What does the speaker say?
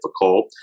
difficult